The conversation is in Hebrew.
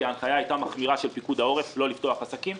כי ההנחיה היתה מחמירה של פיקוד העורף לא לפתוח עסקים,